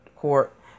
court